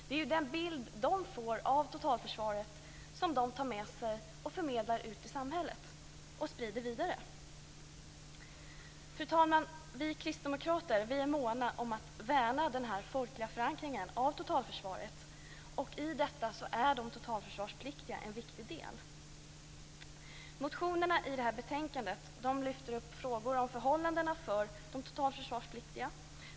Det är den bild de får av totalförsvaret som de tar med sig och förmedlar ut i samhället och sprider vidare. Fru talman! Vi kristdemokrater är måna om att värna den folkliga förankringen av totalförsvaret. I detta är de totalförsvarspliktiga en viktig del. Motionerna i det här betänkandet lyfter upp frågor om förhållandena för de totalförsvarspliktiga.